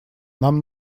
нам